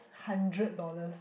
hundred dollars